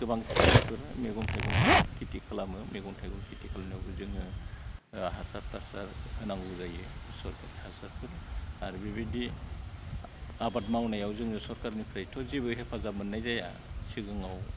गोबां खिथिफोर मैगं थाइगंफोर खिथि खालामो मैगं थाइगं खिथि खालायनायावबो जोङो हासार थासार होनांगौ जायो सरखारि हासारफोर आरो बेबायदि आबाद मावनायाव जोङो सरखारनिफ्रायथ' जेबो हेफाजाब मोननाय जाया सिगाङाव